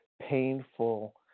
painful